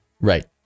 Right